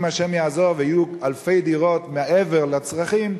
אם השם יעזור ויהיו אלפי דירות מעבר לצרכים,